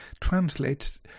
translates